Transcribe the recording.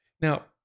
Now